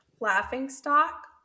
Laughingstock